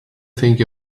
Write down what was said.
think